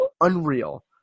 unreal